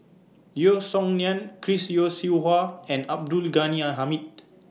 Yeo Song Nian Chris Yeo Siew Hua and Abdul Ghani Hamid